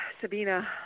Sabina